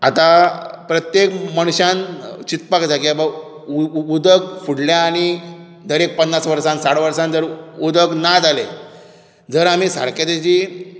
आतां प्रत्येक मनशान चिंतपाक जाय की आबा उदक फुडल्या आनी दर एक पन्नास वर्सान साठ वर्सान जर उदक ना जालें जर आमी सारकें ताजी